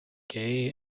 gaye